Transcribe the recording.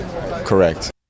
Correct